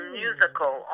musical